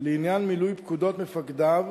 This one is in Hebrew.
לעניין מילוי פקודות מפקדיו,